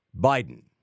Biden